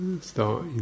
start